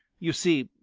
you see,